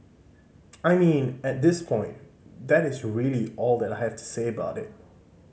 I mean at this point that is really all that I have to say about it